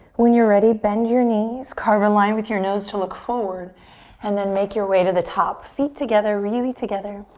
when you're ready, bend your knees, carve a line with your nose to look forward and then make your way to the top. feet together, really together.